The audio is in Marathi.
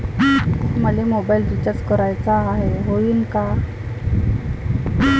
मले मोबाईल रिचार्ज कराचा हाय, होईनं का?